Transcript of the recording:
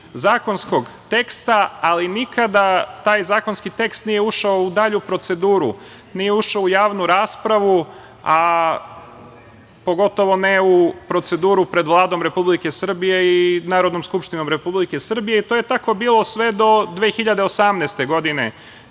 zakonskog teksta, ali nikada taj zakonski tekst nije ušao u dalju proceduru, nije ušao u javnu raspravu, pogotovo ne u proceduru pred Vladom Republike Srbije i Narodnom skupštinom Republike Srbije. To je tako bilo sve do 2018. godine,